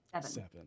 Seven